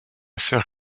soeur